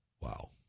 wow